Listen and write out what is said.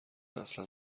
اصلا